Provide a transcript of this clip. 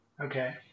Okay